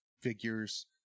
figures